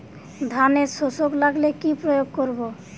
ধানের শোষক লাগলে কি প্রয়োগ করব?